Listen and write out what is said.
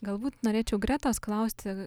galbūt norėčiau gretos klausti